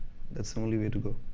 that's the only way to go.